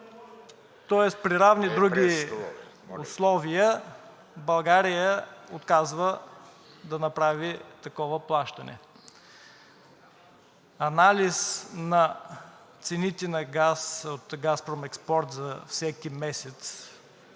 …тоест при равни други условия България отказва да направи такова плащане. Анализ на цените на газ от „Газпром Експорт“ за всеки месец